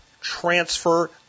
transfer